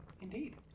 Indeed